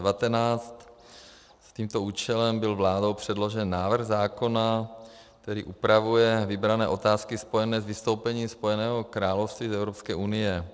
Za tímto účelem byl vládou předložen návrh zákona, který upravuje vybrané otázky spojené s vystoupením Spojeného království z Evropské unie.